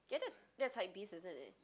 ya that's that's hypebeast isn't it